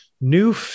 new